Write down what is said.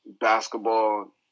basketball